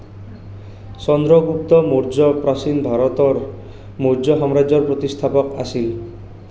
চন্দ্ৰগুপ্ত মৌৰ্য প্ৰাচীন ভাৰতৰ মৌৰ্য সাম্ৰাজ্যৰ প্ৰতিষ্ঠাপক আছিল